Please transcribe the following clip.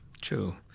True